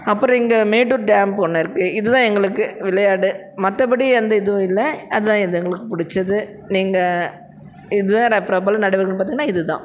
அப்புறம் இங்கே மேட்டூர் டேம் ஒன்று இருக்குது இதுதான் எங்களுக்கு விளையாட்டு மற்றபடி எந்த இதுவும் இல்லை அதுதான் இது எங்களுக்கு பிடிச்சது எங்கள் இது ந பிரபல நடவடிக்கைகள்னு பார்த்தீங்கன்னா இதுதான்